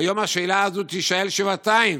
והיום השאלה הזאת תישאל שבעתיים,